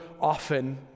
often